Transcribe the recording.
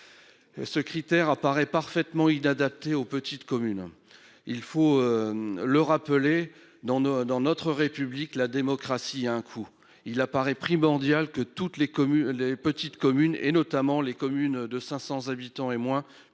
Ce critère apparaît parfaitement inadapté aux petites communes. Il faut le rappeler : dans notre République, la démocratie a un coût. Il paraît donc primordial que toutes les petites communes, notamment celles de 500 habitants ou moins,